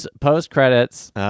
Post-credits